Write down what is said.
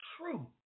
true